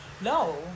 No